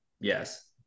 Yes